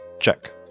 Check